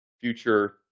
future